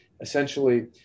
essentially